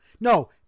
No